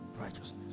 righteousness